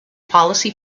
policy